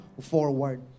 forward